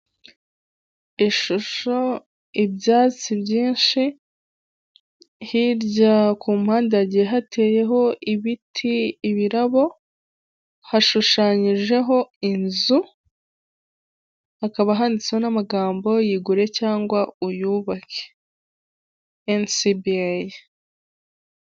Ishusho, ibyatsi byinshi hirya ku mpande hagiye hateyeho ibiti, ibirabo, hashushanyijeho inzu, hakaba handitswe n'amagambo "yigure cyangwa uyubake enisibiyeyi".